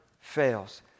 fails